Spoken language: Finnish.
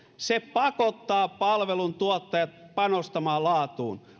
pakottaa palveluntuottajat panostamaan laatuun